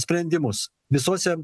sprendimus visuose